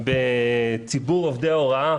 בציבור עובדי ההוראה